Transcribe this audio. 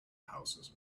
houses